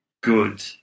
good